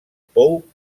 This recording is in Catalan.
pou